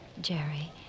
Jerry